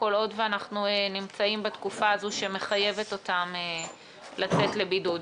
כל עוד אנחנו נמצאים בתקופה הזו שמחייבת אותם לצאת לבידוד.